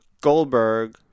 Goldberg